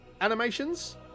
animations